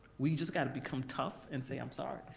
we just gotta become tough and say, i'm sorry,